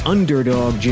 Underdog